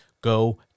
go